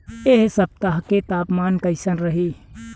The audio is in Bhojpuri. एह सप्ताह के तापमान कईसन रही?